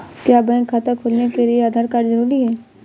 क्या बैंक खाता खोलने के लिए आधार कार्ड जरूरी है?